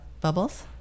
Bubbles